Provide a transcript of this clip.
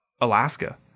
alaska